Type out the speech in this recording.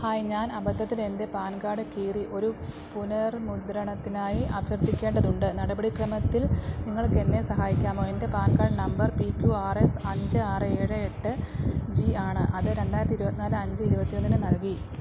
hi ഞാൻ അബദ്ധത്തിൽ എൻ്റെ പാൻ കാഡ് കീറി ഒരു പുനർമുദ്രണത്തിനായി അഭ്യർത്ഥിക്കേണ്ടതുണ്ട് നടപടിക്രമത്തിൽ നിങ്ങൾക്ക് എന്നെ സഹായിക്കാമോ എൻ്റെ PAN card number P Q R S അഞ്ച് ആറ് ഏഴ് എട്ട് ജി ആണ് അത് രണ്ടായിരത്തി ഇരുപത്തി നാല് അഞ്ച് ഇരുപത്തി ഒന്നിന് നൽകി